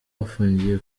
bafungiye